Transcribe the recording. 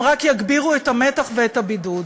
הם רק יגבירו את המתח ואת הבידוד.